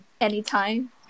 anytime